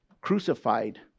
crucified